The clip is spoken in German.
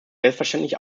selbstverständlich